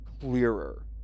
clearer